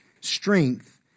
strength